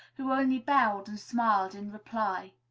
who only bowed and smiled in reply.